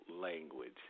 language